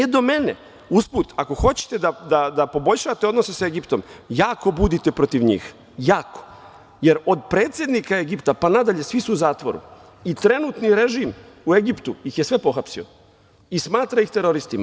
Usput, ako hoćete da poboljšate odnose sa Egiptom, jako budite protiv njih, jer od predsednika Egipta, pa nadalje, svi su u zatvoru i trenutni režim u Egiptu ih je sve pohapsio i smatra ih teroristima.